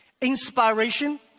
inspiration